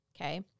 Okay